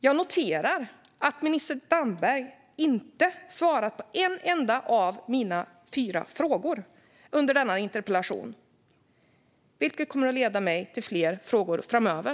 Jag noterar att minister Damberg inte svarat på en enda av mina fyra frågor under denna interpellationsdebatt, vilket kommer att leda mig till fler frågor framöver.